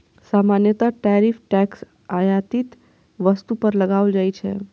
सामान्यतः tariff tax आयातित वस्तु पर लगाओल जाइ छै